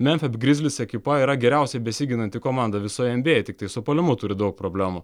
memfi grizlis ekipa yra geriausiai besiginanti komanda visoje en bi ei tiktai su puolimu turi daug problemų